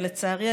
לצערי,